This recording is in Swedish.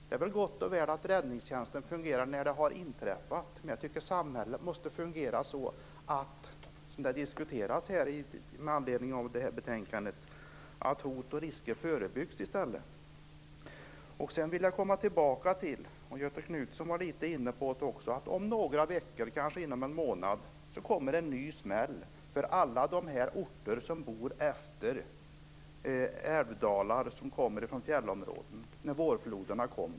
Det är väl gott och väl att räddningstjänsten fungerar när olyckor har inträffat, men jag tycker att samhället måste fungera så att hot och risker förebyggs i stället, som diskuteras med anledning av det här betänkandet. Jag vill komma tillbaka till - Göthe Knutson var också inne på det - att om några veckor, kanske inom en månad, kommer en ny smäll för alla de orter som ligger utefter älvdalar när vårfloderna kommer från fjällområdena.